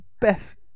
best